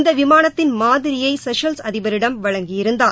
இந்த விமானத்தின் மாதிரியை செஷல்ஸ் அதிபரிடம் வழங்கியிருந்தார்